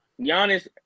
Giannis